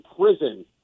prison